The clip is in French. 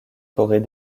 forêts